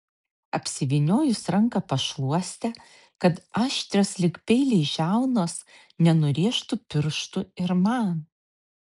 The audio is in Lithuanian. apsivyniojus ranką pašluoste kad aštrios lyg peiliai žiaunos nenurėžtų pirštų ir man